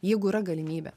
jeigu yra galimybė